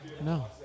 No